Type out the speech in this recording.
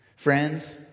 Friends